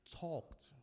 talked